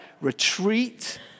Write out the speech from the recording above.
Retreat